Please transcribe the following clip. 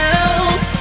else